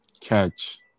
Catch